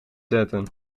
zetten